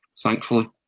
thankfully